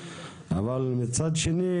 אבל מצד שני,